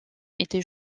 était